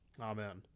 Amen